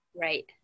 Right